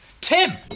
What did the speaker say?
Tim